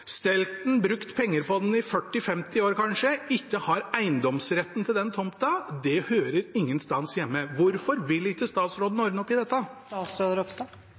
brukt penger på den i kanskje 40–50 år, ikke har eiendomsrett til den tomta, hører ingen steder hjemme. Hvorfor vil ikke statsråden ordne opp i dette?